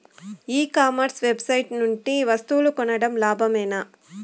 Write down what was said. ఈ commerce website నుండి వస్తువులు కొనడం లాభమేనా?